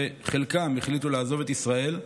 שחלקם החליטו לעזוב את ישראל,